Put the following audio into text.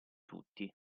tutti